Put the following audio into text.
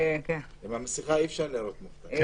דרך המסכה אי-אפשר להיראות מופתעים.